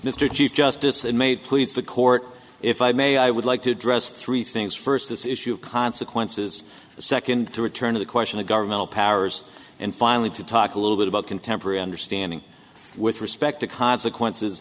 mr chief justice and made please the court if i may i would like to address three things first this issue of consequences second to return to the question of governmental powers and finally to talk a little bit about contemporary understanding with respect to consequences